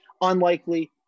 Unlikely